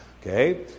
Okay